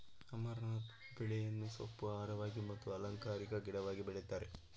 amaranth ಬೆಳೆಯನ್ನು ಸೊಪ್ಪು, ಆಹಾರವಾಗಿ ಮತ್ತು ಅಲಂಕಾರಿಕ ಗಿಡವಾಗಿ ಬೆಳಿತರೆ